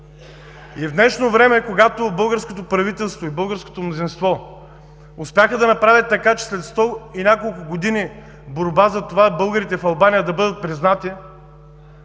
И в днешно време, когато българското правителство и българското мнозинство успяха да направят така, че след сто и няколко години борба за това българите в Албания да бъдат признати,